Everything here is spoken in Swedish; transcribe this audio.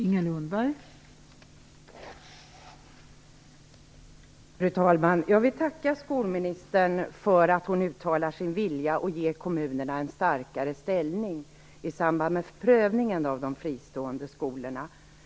Fru talman! Jag vill tacka skolministern för att hon uttalar sin vilja att ge kommunerna en starkare ställning i samband med prövningen av de fristående skolorna.